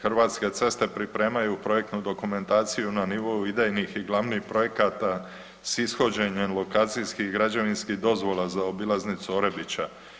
Hrvatske ceste pripremaju projektnu dokumentaciju na nivou idejnih i glavnih projekata s ishođenjem lokacijskih i građevinskih dozvola za obilaznicu Orebića.